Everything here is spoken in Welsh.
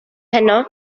heno